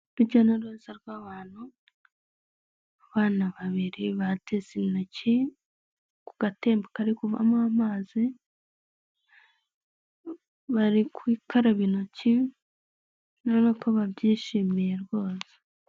Urujya n'uruza rw'abantu abana babiri bateze intoki ku gatembo kari kuvamo amazi, bari gukaraba intoki ubona ko babyishimiye rwose.